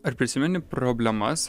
ar prisimeni problemas